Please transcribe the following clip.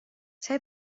saya